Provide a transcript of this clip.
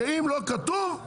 --- חברת חשמל